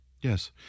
Yes